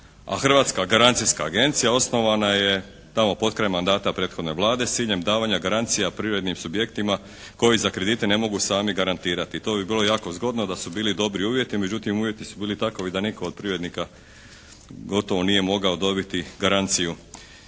a Hrvatska garancijska agencija osnovana je tamo potkraj mandata prethodne Vlade s ciljem davanja garancija privrednim subjektima koji za kredite ne mogu sami garantirati. To bi bilo jako zgodno da su bili dobri uvjeti. Međutim, uvjeti su bili takovi da nitko od privrednika gotovo nije mogao dobiti garanciju.